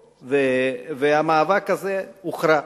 והמאבק הזה הוכרע.